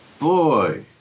Boy